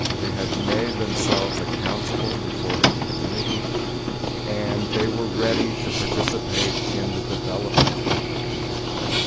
they had made themselves accountable before their community and they were ready to participate in the development of the community.